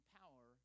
power